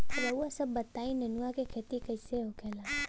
रउआ सभ बताई नेनुआ क खेती कईसे होखेला?